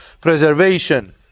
preservation